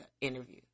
interview